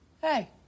Hey